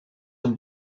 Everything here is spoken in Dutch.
een